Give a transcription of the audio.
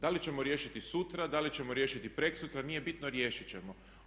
Da li ćemo riješiti sutra, da li ćemo riješiti prekosutra, nije bitno, riješiti ćemo.